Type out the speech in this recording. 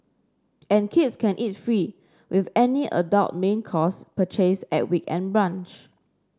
and kids can eat free with any adult main course purchase at weekend brunch